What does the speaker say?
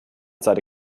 seine